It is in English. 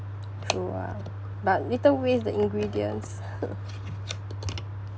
true ah but later waste the ingredients